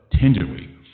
tenderly